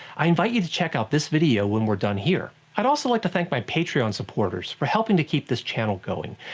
i invite you to check out this video when we're done here. i'd also like to thank my patreon supporters for helping to keep this channel going,